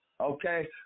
okay